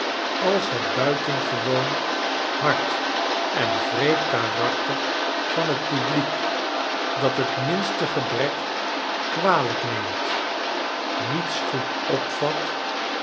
als het buitengewoon hard en wreed karakter van het publiek dat het minste gebrek kwalijk neemt niets goed opvat